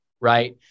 right